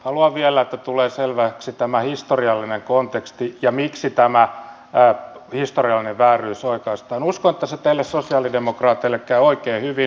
haluan vielä että tulee selväksi tämä historiallinen konteksti ja se miksi tämä historiallinen vääryys oikaistaan uskon että se teille sosialidemokraateille käy oikein hyvin